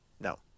No